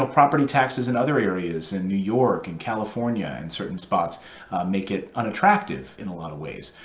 ah property taxes in other areas, in new york and california in certain spots make it unattractive in a lot of ways.